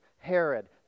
Herod